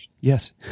Yes